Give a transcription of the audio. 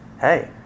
hey